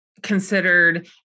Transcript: considered